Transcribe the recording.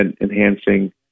enhancing